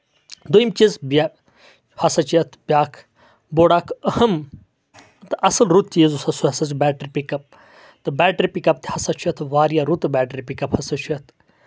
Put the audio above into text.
دوٚیم چیٖز بیا ہسا چھُ یَتھ بیاکھ بوٚڑ اکھ اَہم تہٕ اَصٕل رُت چیٖز ہسا چھُ سُہ بیٹری پِک اَپ تہٕ بیٹری پَک اَپ تہِ ہسا چھُ واریاہ رُت بیٹری پِک اَپ ہسا چھُ یَتھ